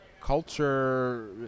culture